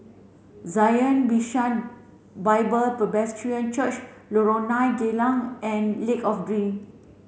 Zion Bishan Bible Presbyterian Church Lorong nine Geylang and Lake of Dream